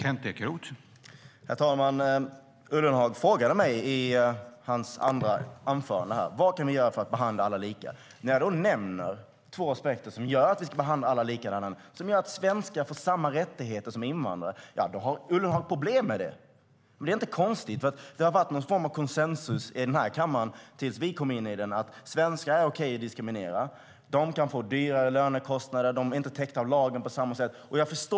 Herr talman! Ullenhag frågade mig i sitt andra anförande: Vad kan vi göra för att behandla alla lika? När jag då nämner två aspekter som gör att vi kan behandla alla lika, som gör att svenskar får samma rättigheter som invandrare, har Ullenhag problem med det. Men det är inte konstigt. Det har nämligen varit någon form av konsensus i kammaren - tills vi kom in i den - att svenskar är okej att diskriminera. De kan få dyrare lönekostnader; de är inte täckta av lagen på samma sätt.